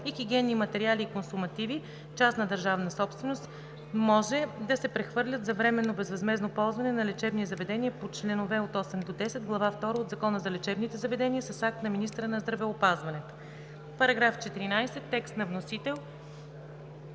и хигиенни материали и консумативи – частна държавна собственост, може да се прехвърлят за временно безвъзмездно ползване на лечебни заведения по чл. 8 – 10, Глава втора от Закона за лечебните заведения с акт на министъра на здравеопазването.“ Комисията подкрепя